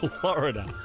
Florida